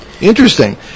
Interesting